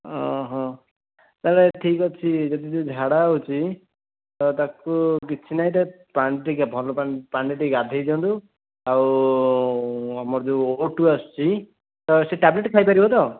ତାହେଲେ ଠିକ୍ ଅଛି ଯଦି ଝାଡ଼ା ହେଉଛି ତ ତା'କୁ କିଛି ନାହିଁ ତା'କୁ ପାଣି ଟିକେ ଭଲ ପାଣିରେ ଟିକେ ଗାଧେଇ ଦିଅନ୍ତୁ ଆଉ ଆମର ଯୋଉ ଓ ଟୁ ଆସୁଛି ସେ ଟେବ୍ଲେଟ୍ ଖାଇପାରିବ ତ